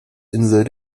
insel